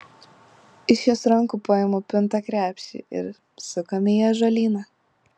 iš jos rankų paimu pintą krepšį ir sukame į ąžuolyną